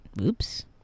Oops